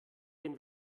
den